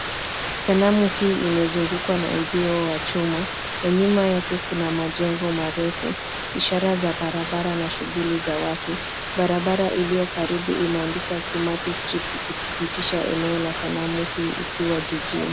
Sanamu hii imezungukwa na uzio wa chuma, na nyuma yake kuna majengo marefu, ishara za barabara na shughuli za watu . Barabara iliyo karibu imeandikwa Kimathi Street ikipitisha eneo la sanamu hii ikiwa jijini.